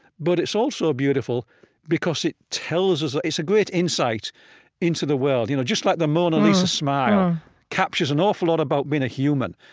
but it's also beautiful because it tells us it's a great insight into the world. you know, just like the mona lisa's smile captures an awful lot about being a human.